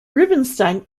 rubinstein